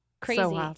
Crazy